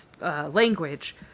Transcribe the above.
language